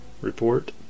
report